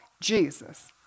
Jesus